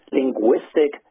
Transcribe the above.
linguistic